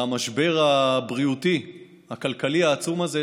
במשבר הבריאותי הכלכלי העצום הזה,